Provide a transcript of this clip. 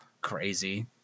crazy